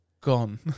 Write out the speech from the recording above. Gone